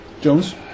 Jones